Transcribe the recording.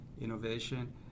innovation